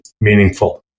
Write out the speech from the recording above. meaningful